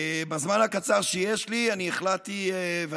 בזמן הקצר שיש לי אני גם מברך,